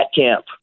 camp